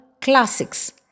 classics